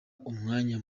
umwanya